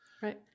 Right